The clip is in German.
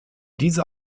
diese